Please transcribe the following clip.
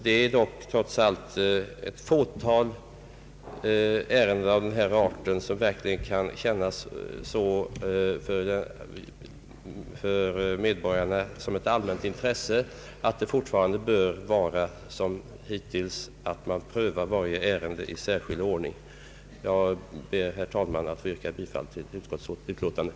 Det är trots allt ett fåtal ärenden av den här arten som verkligen känns som ett allmänt intresse av medborgarna. Dessa ärenden bör i fortsättningen som hittills prövas i särskild ordning. Jag ber, herr talman, att få yrka bifall till utskottets hemställan.